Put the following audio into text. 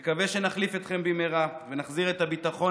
אני מקווה שנחליף אתכם במהרה ונחזיר את הביטחון